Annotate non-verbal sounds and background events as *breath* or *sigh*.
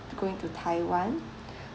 going to taiwan *breath*